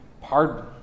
pardon